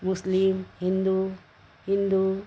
मुस्लिम हिंदू हिंदू